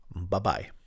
Bye-bye